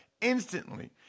instantly